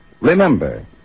Remember